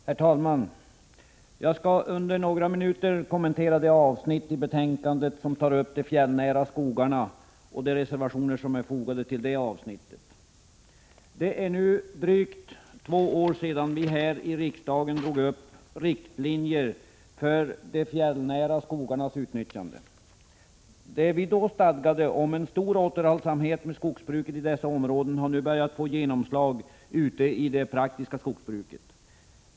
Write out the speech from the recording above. Herr talman! Jag skall under några minuter kommentera det avsnitt i betänkandet som tar upp de fjällnära skogarna och de reservationer som är fogade till detta avsnitt. Det är nu drygt två år sedan vi här i riksdagen drog upp riktlinjer för de fjällnära skogarnas utnyttjande. Det vi då stadgade om en stor återhållsamhet med skogsbruket i dessa områden har nu börjat få genomslag ute i det praktiska skogsbruket.